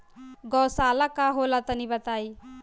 गौवशाला का होला तनी बताई?